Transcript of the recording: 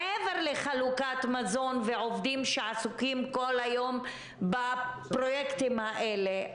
מעבר לחלוקת מזון ועובדים שעסוקים כל היום בפרויקטים האלה?